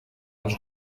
als